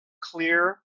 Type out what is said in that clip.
clear